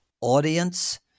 audience